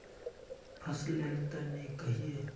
फसल लेर तने कहिए?